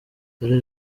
dore